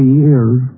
years